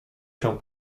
się